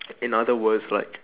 in other words like